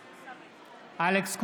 בעד אלכס קושניר,